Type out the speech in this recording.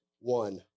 one